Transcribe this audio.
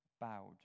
bowed